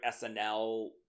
snl